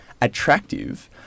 attractive